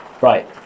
Right